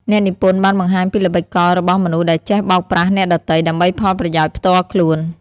អ្នកនិពន្ធបានបង្ហាញពីល្បិចកលរបស់មនុស្សដែលចេះបោកប្រាស់អ្នកដទៃ ដើម្បីផលប្រយោជន៍ផ្ទាល់ខ្លួន។